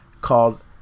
called